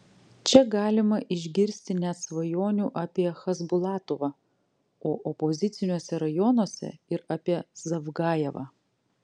čia galima išgirsti net svajonių apie chasbulatovą o opoziciniuose rajonuose ir apie zavgajevą